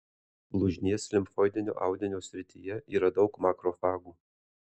blužnies limfoidinio audinio srityje yra daug makrofagų